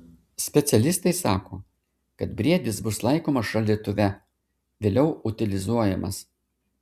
specialistai sako kad briedis bus laikomas šaldytuve vėliau utilizuojamas